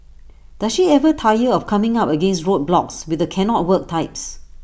does she ever tire of coming up against roadblocks with the cannot work types